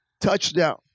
touchdown